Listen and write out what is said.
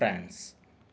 France